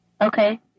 okay